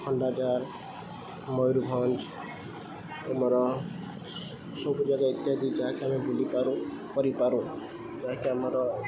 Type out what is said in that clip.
ଖଣ୍ଡାଧାର ମୟୂରଭଞ୍ଜ ଆମର ସବୁ ଜାଗା ଇତ୍ୟାଦି ଯାହାକି ଆମେ ବୁଲିପାରୁ କରିପାରୁ ଯାହାକି ଆମର